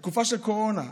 בתקופה של קורונה.